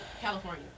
California